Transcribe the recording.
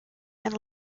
and